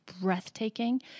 breathtaking